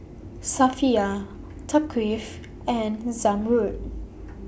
Safiya Thaqif and Zamrud